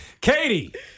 Katie